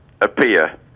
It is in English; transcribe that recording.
appear